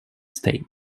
state